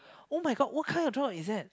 [oh]-my-god what kind of job is that